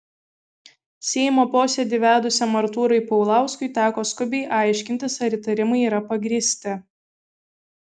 seimo posėdį vedusiam artūrui paulauskui teko skubiai aiškintis ar įtarimai yra pagrįsti